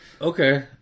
Okay